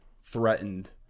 threatened